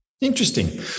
Interesting